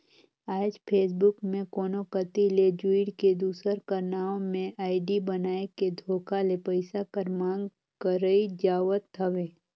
आएज फेसबुक में कोनो कती ले जुइड़ के, दूसर कर नांव में आईडी बनाए के धोखा ले पइसा कर मांग करई जावत हवे